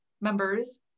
members